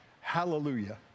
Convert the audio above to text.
hallelujah